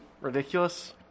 ridiculous